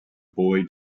boy